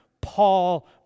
Paul